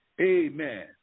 Amen